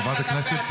-- מלא פתחת את הפה.